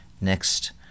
Next